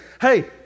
hey